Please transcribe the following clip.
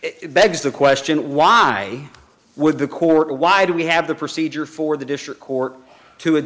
it begs the question why would the court why do we have the procedure for the district court to a